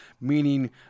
meaning